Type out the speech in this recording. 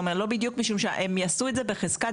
לא בדיוק משום שהם יעשו את זה בחזקת